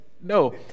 no